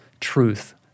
truth